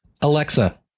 Alexa